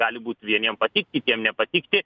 gali būt vieniem patikt kitiem nepatikti